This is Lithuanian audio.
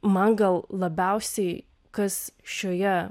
man gal labiausiai kas šioje